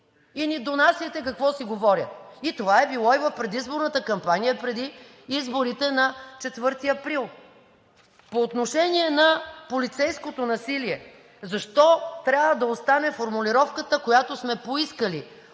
и ни донасяйте какво си говорят. Това е било и в предизборната кампания преди изборите на 4 април. По отношение на полицейското насилие. Защо трябва да остане формулировката, която сме поискали